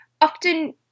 Often